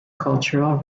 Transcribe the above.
cultural